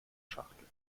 schachtel